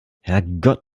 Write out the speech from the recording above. herrgott